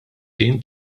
tim